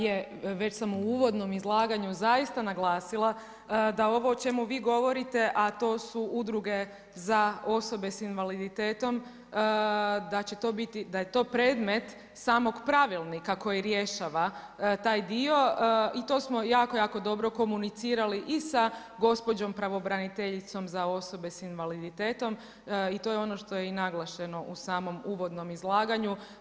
Je, već sam u uvodnom izlaganju zaista naglasila da ovo o čemu vi govorite a to su udruge za osobe sa invaliditetom da će to biti, da je to predmet samog pravilnika koji rješava taj dio i to smo jako, jako dobro komunicirali i sa gospođom pravobraniteljicom za osobe sa invaliditetom i to je ono što je i naglašeno u samom uvodnom izlaganju.